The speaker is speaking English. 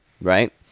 right